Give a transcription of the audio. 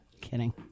Kidding